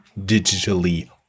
digitally